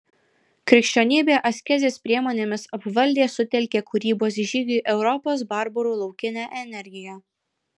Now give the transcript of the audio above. krikščionybė askezės priemonėmis apvaldė sutelkė kūrybos žygiui europos barbarų laukinę energiją